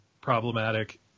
problematic